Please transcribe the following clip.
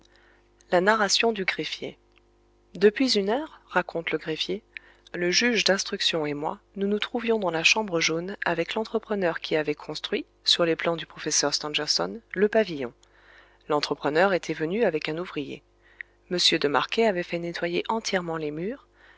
la narration du greffier depuis une heure raconte le greffier le juge d'instruction et moi nous nous trouvions dans la chambre jaune avec l'entrepreneur qui avait construit sur les plans du professeur stangerson le pavillon l'entrepreneur était venu avec un ouvrier m de marquet avait fait nettoyer entièrement les murs